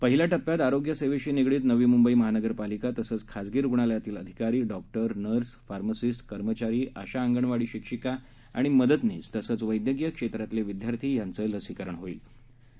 पहिल्याटप्प्यातआरोग्यसेवेशीनिगडीतनवीमुंबईमहानगरपालिकातसेचखाजगीरुग्णालयातीलअधिकारी doctor nurses pharmacist कर्मचारी आशा अंगणवाडीशिक्षिकाआणिमदतनीसतसंचवैद्यकीयक्षेत्रातीलविद्यार्थीयांचंलसीकरणहोणारआहे